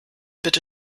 bitte